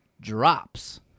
drops